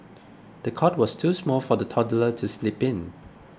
the cot was too small for the toddler to sleep in